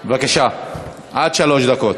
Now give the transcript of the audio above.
בבקשה, עד שלוש דקות.